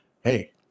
hey